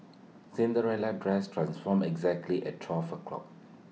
Cinderella's dress transformed exactly at twelve o'clock